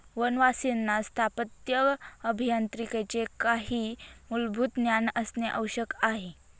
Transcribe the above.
वनवासींना स्थापत्य अभियांत्रिकीचे काही मूलभूत ज्ञान असणे आवश्यक आहे